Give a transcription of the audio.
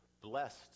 blessed